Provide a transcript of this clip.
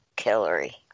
Hillary